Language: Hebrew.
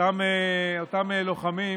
אותם לוחמים,